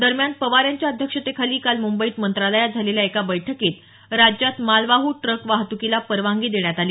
दरम्यान पवार यांच्या अध्यक्षतेखाली काल मुंबईत मंत्रालयात झालेल्या एका बैठकीत राज्यात मालवाहू ट्रक वाहतुकीला परवानगी देण्यात आली